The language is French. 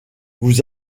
vous